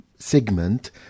Segment